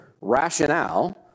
rationale